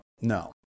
No